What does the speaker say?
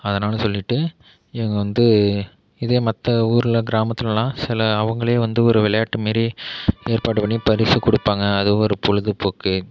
அதனால் சொல்லிட்டு இவங்க வந்து இதே மற்ற ஊரில் கிராமத்துலெலாம் சில அவங்களே வந்து ஒரு விளையாட்டு மாரி ஏற்பாடு பண்ணி பரிசு கொடுப்பாங்க அது ஒரு பொழுதுபோக்கு